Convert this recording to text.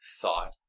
thought